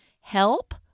help